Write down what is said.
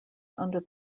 under